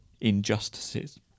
injustices